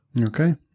Okay